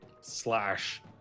slash